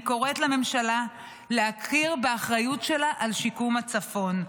אני קוראת לממשלה להכיר באחריות שלה על שיקום הצפון.